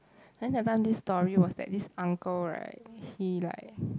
I think that time this story was that this uncle right he like